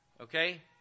Okay